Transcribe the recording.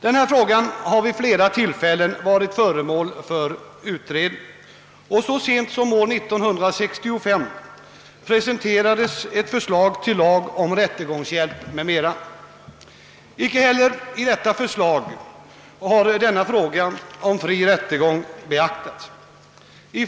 Denna fråga har vid flera tillfällen varit föremål för utredningar, och så sent som år 1965 presenterades ett förslag till lag om rättegångshjälp m.m. Icke heller i detta förslag beaktades frågan om fri rättegång för utlänningar.